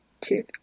two